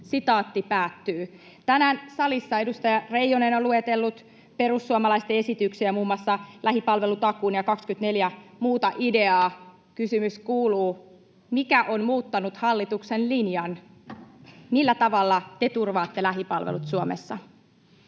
tarvitsevat.” Tänään salissa edustaja Reijonen on luetellut perussuomalaisten esityksiä, muun muassa lähipalvelutakuun ja 24 muuta ideaa. Kysymys kuuluu, mikä on muuttanut hallituksen linjan. Millä tavalla te turvaatte lähipalvelut Suomessa?